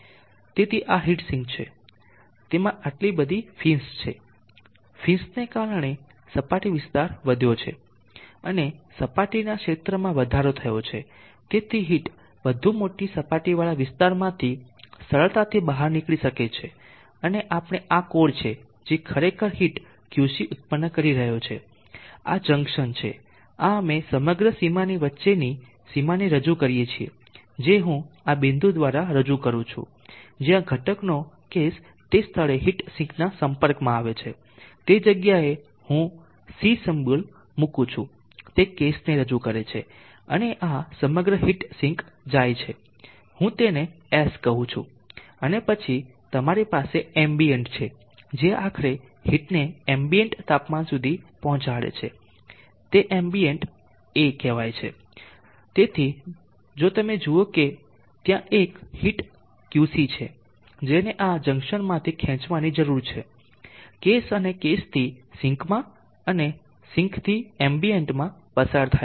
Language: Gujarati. તેથી આ હીટ સિંક છે તેમાં આટલી બધી ફિન્સ છે ફિન્સને કારણે સપાટી વિસ્તાર વધ્યો છે અને સપાટીના ક્ષેત્રમાં વધારો થયો છે તેથી હીટ વધુ મોટા સપાટીવાળા વિસ્તારમાંથી સરળતાથી બહાર નીકળી શકે છે અને આપણે આ કોર છે જે ખરેખર હીટ QC ઉત્પન્ન કરી રહ્યો છે આ જંકશન છે આ અમે સમગ્ર સીમાની વચ્ચેની સીમાને રજુ કરીશું જે હું આ બિંદુ દ્વારા રજૂ કરું છું જ્યાં ઘટકનો કેસ તે સ્થળે હીટ સિંકના સંપર્કમાં આવે છે તે જગ્યા એ હું C સિમ્બોલ મુકું છું તે કેસને રજૂ કરે છે અને આ સમગ્ર હીટ સિંક જાય છે હું તેને S કહું છું અને પછી તમારી પાસે એમ્બિયન્ટ છે જે આખરે હીટને એમ્બિયન્ટ તાપમાન સુધી પહોંચાડે છે તે એમ્બિયન્ટ A કહેવાય છે તેથી જો તમે જુઓ કે ત્યાં એક હીટ QC છે જેને આ જંકશનમાંથી ખેંચવાની જરૂર છે કેસ અને કેસથી સિંકમાં અને સિંકથી એમ્બિયન્ટમાં પસાર થાય છે